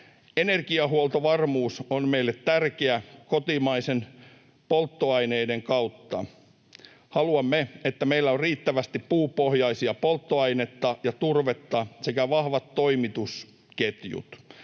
Energiahuoltovarmuus on meille tärkeä kotimaisten polttoaineiden kautta. Haluamme, että meillä on riittävästi puupohjaista polttoainetta ja turvetta sekä vahvat toimitusketjut.